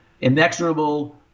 inexorable